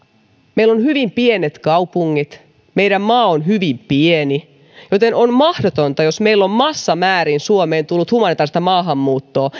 meillä on hyvin pienet kaupungit meidän maamme on hyvin pieni joten on mahdotonta jos meillä on massamäärin suomeen tullut humanitääristä maahanmuuttoa